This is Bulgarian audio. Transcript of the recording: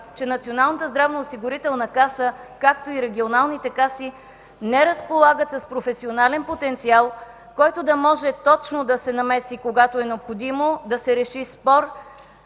и регионалните каси не разполагат с професионален потенциал, който да може точно да се намеси, когато е необходимо да се реши спор